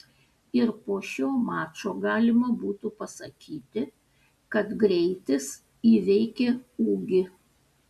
ir po šio mačo galima būtų pasakyti kad greitis įveikė ūgį